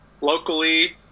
locally